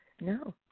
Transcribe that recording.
no